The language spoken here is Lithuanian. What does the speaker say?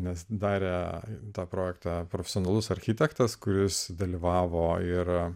nes darę tą projektą profesionalus architektas kuris dalyvavo yra